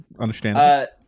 understand